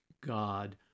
God